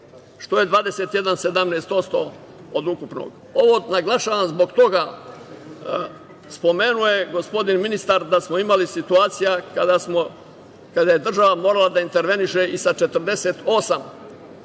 što je 21,17% od ukupnog. Ovo naglašavam zbog toga što je spomenuo gospodin ministar da smo imali situacija kada je država morala da interveniše i sa 48%